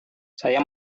saya